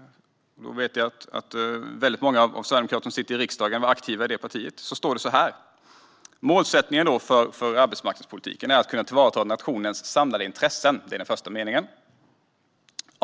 - då många av de sverigedemokrater som sitter i riksdagen var aktiva i partiet - står det så här vad gäller arbetsmarknadspolitiken: "Målsättningen är att kunna tillvarata nationens samlade intressen.